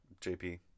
JP